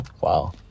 Wow